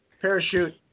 parachute